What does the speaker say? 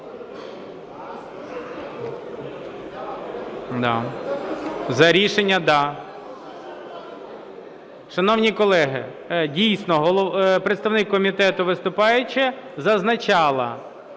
Шановні колеги, дійсно, представник комітету, виступаючи, зазначала,